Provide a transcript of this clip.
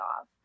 off